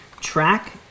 track